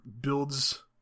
builds